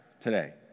today